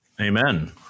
Amen